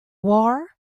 war